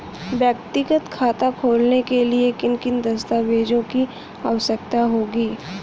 व्यक्तिगत खाता खोलने के लिए किन किन दस्तावेज़ों की आवश्यकता होगी?